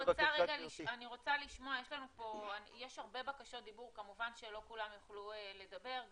אני רוצה לשמוע יש הרבה בקשות דיבור וכמובן שלא כולם יוכלו לדבר.